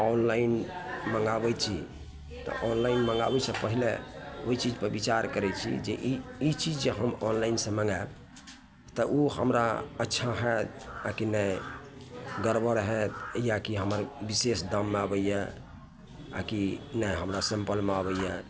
online मँगाबैत छी तऽ ऑनलाइन मँगाबैसँ पहिने ओहि चीज पर बिचार करैत छी जे ई ई चीज जे हम ऑनलाइनसँ मँगाएब तऽ ओ हमरा अच्छा होयत आ कि नहि गड़बड़ होयत या कि हमर बिशेष दाममे आबैए आ कि नहि हमरा सैम्पलमे आबैए